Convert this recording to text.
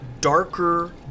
darker